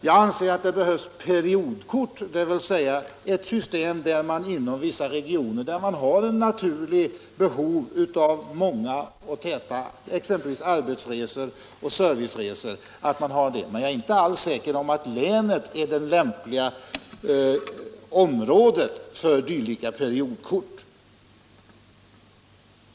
Jag anser att det behövs periodkort, exempelvis inom vissa regioner där det finns ett naturligt behov av många och täta arbetsresor och serviceresor, men jag är inte alls säker på att länet är det lämpliga området för dylika periodkort.